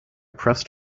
pressed